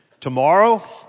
Tomorrow